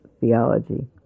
theology